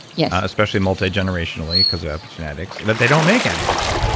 yeah especially multigenerationally because of epigenetics, that they don't make amyloids?